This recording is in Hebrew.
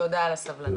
תודה על הסבלנות.